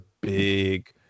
big